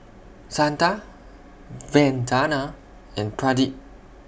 Santha Vandana and Pradip